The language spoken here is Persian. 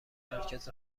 مرکز